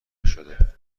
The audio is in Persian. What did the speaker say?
نشده